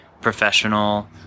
professional